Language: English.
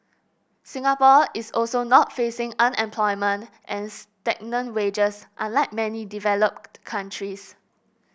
Singapore is also not facing unemployment and stagnant wages unlike many developed countries